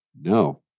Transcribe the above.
no